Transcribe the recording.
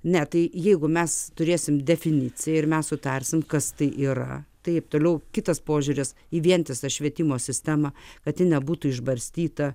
ne tai jeigu mes turėsim definiciją ir mes sutarsim kas tai yra tai ir toliau kitas požiūris į vientisą švietimo sistemą kad ji nebūtų išbarstyta